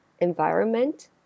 environment